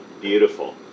Beautiful